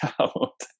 out